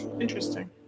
Interesting